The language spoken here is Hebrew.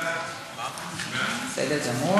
ההצעה להעביר